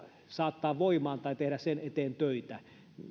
saattaa voimaan tai tehdä sen eteen töitä